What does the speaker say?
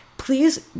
Please